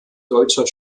deutscher